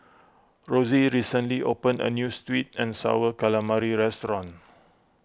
Rosey recently opened a New Sweet and Sour Calamari restaurant